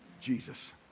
Jesus